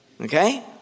Okay